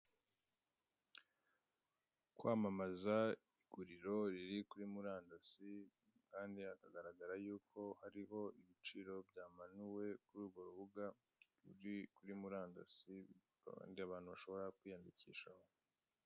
Kwamamaza iguriro riri kuri murandasi kandi hakagaragara yuko ariho ibiciro byamanuwe kuri urwo rubuga ruri kuri murandasi abantu bashobora kwiyandikishaho.